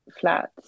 flats